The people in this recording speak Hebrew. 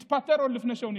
התפטר עוד לפני שהוא נכנס.